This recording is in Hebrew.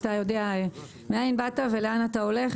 אתה יודע מאין באת ולאן אתה הולך.